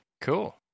cool